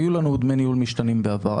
היו לנו דמי ניהול משתנים בעבר.